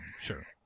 Sure